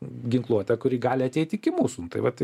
ginkluotę kuri gali ateiti iki mūsų nu tai vat